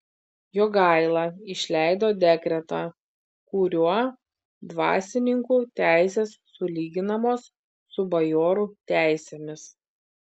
jogaila išleido dekretą kuriuo dvasininkų teisės sulyginamos su bajorų teisėmis